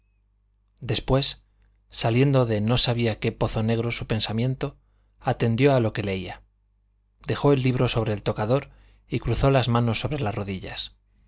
después saliendo de no sabía qué pozo negro su pensamiento atendió a lo que leía dejó el libro sobre el tocador y cruzó las manos sobre las rodillas